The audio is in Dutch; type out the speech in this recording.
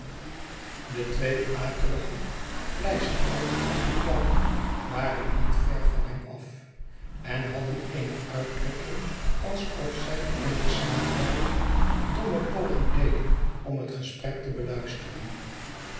de twee akelige pleisterkoppen op de plank waren niet ver van hem af en hadden eene uitdrukking alsof zij eene slaperig domme poging deden om het gesprek te beluisteren